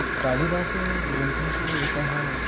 कालिदासग्रन्थेषु एकः